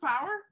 power